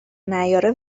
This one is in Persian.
نیاره